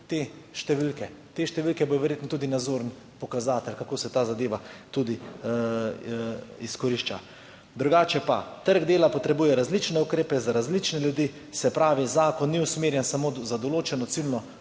te številke. Te številke bodo verjetno nazoren pokazatelj, kako se ta zadeva tudi izkorišča. Drugače pa trg dela potrebuje različne ukrepe za različne ljudi. Se pravi, zakon ni usmerjen samo na določeno ciljno